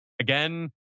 Again